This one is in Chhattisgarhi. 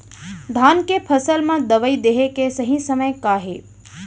धान के फसल मा दवई देहे के सही समय का हे?